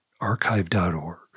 Archive.org